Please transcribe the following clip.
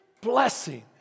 blessing